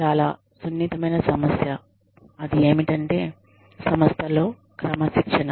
చాలా సున్నితమైన సమస్య అది ఏమిటంటే సంస్థలో క్రమశిక్షణ